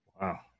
wow